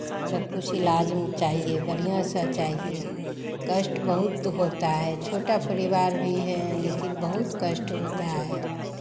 सब कुछ इलाज में चाहिए बढ़ियाँ से चाहिए कष्ट बहुत होता है छोटा परिवार भी हैं लेकिन बहुत कष्ट होता है